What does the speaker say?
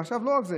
ועכשיו, לא רק זה,